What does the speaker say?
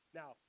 now